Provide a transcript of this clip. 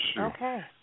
okay